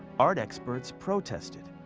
art experts protested.